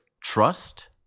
trust